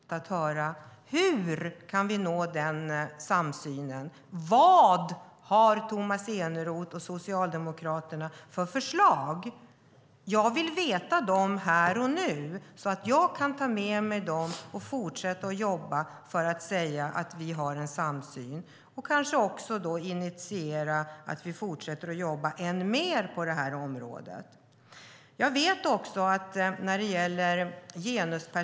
Fru talman! I det här sammanhanget har jag uppfattat det så att det är jag som ställer frågor och inte är den som ska svara. Jag ställde frågor till Tomas Eneroth och fick inte ett enda svar. I stället ägnade Tomas Eneroth sitt inlägg åt att tala om vad jag inte har gjort. Jag är väl medveten om vad vi i majoriteten har gjort. Men jag är ödmjuk, precis som flera från Alliansen har varit i den här debatten, inte minst Finn Bengtsson, som har sagt att det finns mycket mer att göra inom rehabiliteringsområdet. Om det är så viktigt att vi har en gemensam syn på vad vi ska göra för att nå framgång vore det intressant att få höra hur vi kan nå den samsynen.